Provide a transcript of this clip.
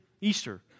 Easter